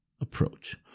approach